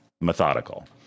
methodical